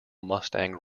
mustang